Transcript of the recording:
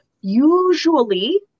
usually